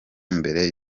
mbere